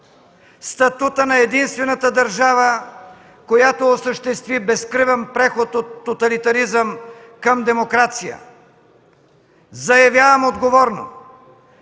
статута на единствената държава, която осъществи безкръвен преход от тоталитаризъм към демокрация! Заявявам отговорно,